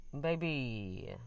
Baby